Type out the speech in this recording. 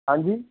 ਹਾਂਜੀ